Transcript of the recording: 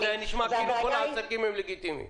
היה נשמע כאילו כל העסקים הם לגיטימיים.